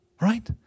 right